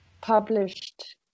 published